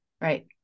Right